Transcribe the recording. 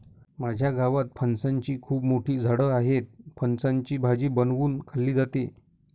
माझ्या गावात फणसाची खूप मोठी झाडं आहेत, फणसाची भाजी बनवून खाल्ली जाते